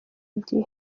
igihe